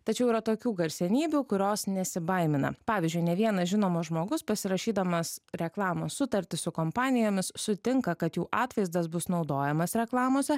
tačiau yra tokių garsenybių kurios nesibaimina pavyzdžiui ne vienas žinomas žmogus pasirašydamas reklamos sutartis su kompanijomis sutinka kad jų atvaizdas bus naudojamas reklamose